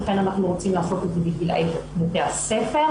לכן אנחנו רוצים לעשות את זה בגילאי בתי הספר,